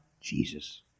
Jesus